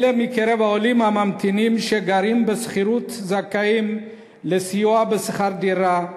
אלה מקרב העולים הממתינים שגרים בשכירות זכאים לסיוע בשכר דירה,